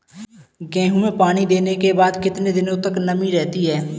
गेहूँ में पानी देने के बाद कितने दिनो तक नमी रहती है?